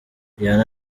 rihanna